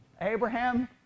Abraham